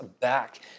back